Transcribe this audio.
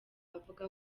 avuga